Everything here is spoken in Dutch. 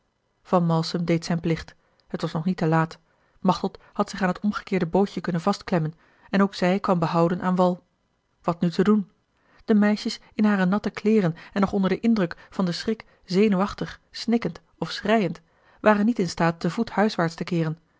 van malsem deed zijn plicht het was nog niet te laat machteld had zich aan het omgekeerde bootje kunnen vastklemmen en ook zij kwam behouden aan wal wat nu te doen de meisjes in hare natte kleêren en nog onder den indruk van den schrik zenuwachtig snikkend of schreiend waren niet in staat te voet huiswaarts te keeren